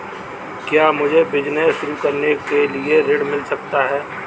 क्या मुझे बिजनेस शुरू करने के लिए ऋण मिल सकता है?